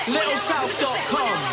LittleSouth.com